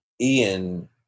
Ian